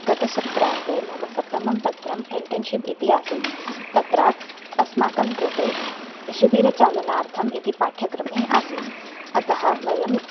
गतसत्रार्धे मम सप्तमं पत्रम् इन्टेन्शिप् इति आसीत् तत्र अस्माकं कृते शिबिरचालनार्थम् इति पाठ्यक्रमे आसीत् अतः वयम्